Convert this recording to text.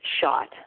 shot